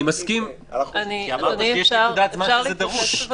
כי אמרתם שיש נקודת זמן שזה דרוש.